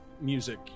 music